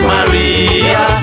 Maria